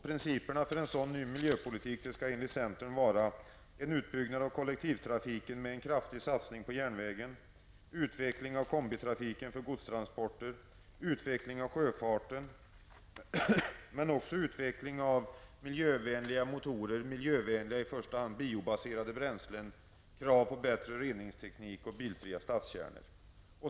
Principerna för en sådan ny miljöpolitik skall enligt centern vara: Utbyggnad av kollektivtrafiken med kraftig satsning på järnvägen, utveckling av kombitrafiken för godstransporter, utveckling av sjöfarten, utveckling av miljövänliga motorer och biobaserade bränslen, krav på bättre reningsteknik och bilfria stadskärnor.